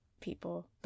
people